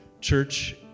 church